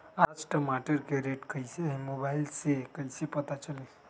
आज टमाटर के रेट कईसे हैं मोबाईल से कईसे पता चली?